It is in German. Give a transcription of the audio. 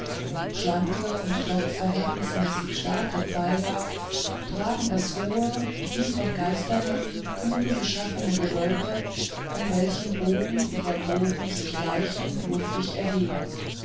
schlanke und doch verhältnismäßig starke pfeiler tragen das hohe wie von geisterhänden kühn geschaffene gewölbe an welchem bogen über bogen sich leicht und luftig erheben